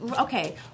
okay